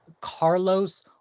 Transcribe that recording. Carlos